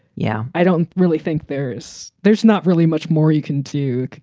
yeah. i don't really think there's there's not really much more you can do.